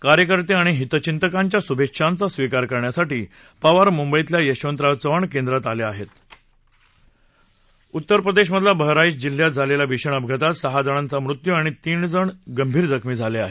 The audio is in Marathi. कार्यकर्ते आणि हितचिंतकांच्याशुभेच्छांचा स्विकार करण्यासाठी पवार मुंबईतल्या यशवंतराव चव्हाण केंद्रात आले आहेत उत्तर प्रदेशमधल्या बहराईच जिल्ह्यात झालेल्या भीषण अपघातात सहा जणांचा मृत्यू आणि तीन जण गंभीर जखमी झाले आहेत